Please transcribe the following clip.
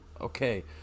Okay